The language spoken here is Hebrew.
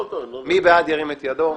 מי בעד ירים את ידו?